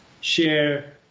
share